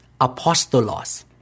apostolos